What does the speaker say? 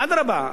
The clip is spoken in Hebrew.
אדרבה,